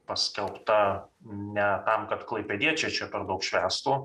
paskelbta ne tam kad klaipėdiečiai čia per daug švęstų